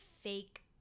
fake